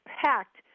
packed